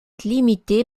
limité